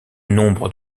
nombre